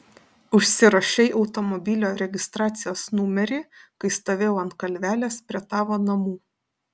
užsirašei automobilio registracijos numerį kai stovėjau ant kalvelės prie tavo namų